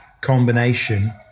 combination